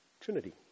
Trinity